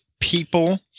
people